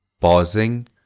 Pausing